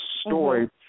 story